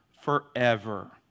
forever